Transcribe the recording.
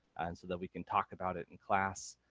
and so that we can talk about it in class.